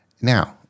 Now